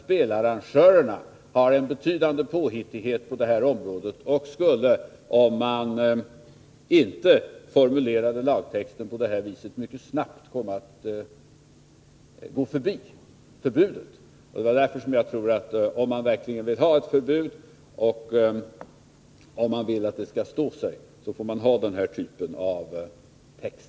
Spelarrangörerna har en betydande påhittighet på detta område och skulle, om man inte formulerade lagtexten på det här viset, mycket snabbt komma att gå förbi förbudet. Om man verkligen vill ha ett förbud och om man vill att det skall stå sig, måste man ha den här typen av text.